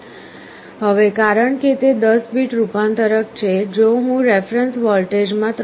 હવે કારણ કે તે 10 બીટ રૂપાંતરક છે જો હું રેફરન્સ વોલ્ટેજમાં 3